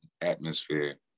atmosphere